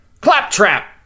Claptrap